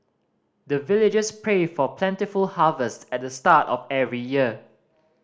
the villagers pray for plentiful harvest at the start of every year